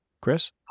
Chris